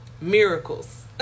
Miracles